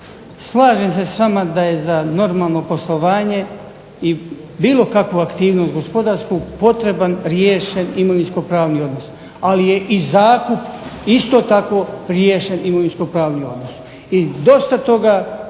Slažem se s vama da je za normalno poslovanje i bilo kakvu aktivnost gospodarsku potreban riješen imovinsko-pravni odnos, ali je i zakup isto tako riješen imovinsko-pravni odnos. I dosta toga